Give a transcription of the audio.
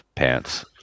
pants